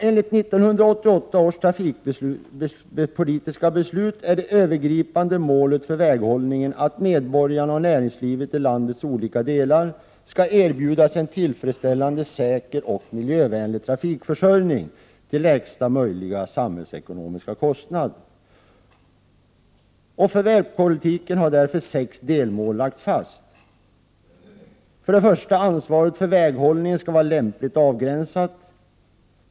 Enligt 1988 års trafikpolitiska beslut är det övergripande målet för väghållningen att medborgarna och näringslivet i landets olika delar skall erbjudas en tillfredsställande, säker och miljövänlig trafikförsörjning till lägsta möjliga samhällsekonomiska kostnad. För vägpolitiken har därför 6 delmål lagts fast: Ansvaret för väghållningen skall vara lämpligt avgränsat.